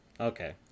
Okay